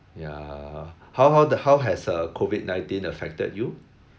ya how how the how has uh COVID nineteen affected you